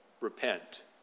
repent